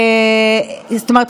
זאת אומרת,